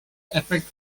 effect